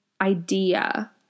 idea